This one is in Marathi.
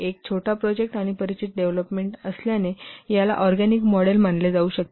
एक छोटा प्रोजेक्ट आणि परिचित डेव्हलोपमेंट असल्याने याला ऑरगॅनिक मॉडेल मानले जाऊ शकते